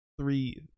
three